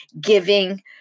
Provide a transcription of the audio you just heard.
giving